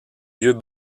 lieux